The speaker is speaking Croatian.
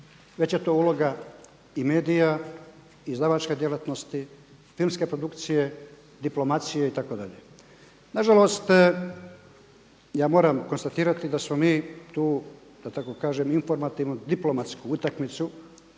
već je to uloga i medija, izdavačke djelatnosti, filmske produkcije, diplomacije itd. Nažalost ja moram konstatirati da smo mi tu da tako kažem informativno diplomatsku utakmicu